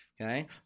Okay